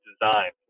design